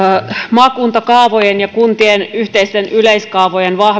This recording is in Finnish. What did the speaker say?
maakuntakaavojen ja kuntien yhteisten yleiskaavojen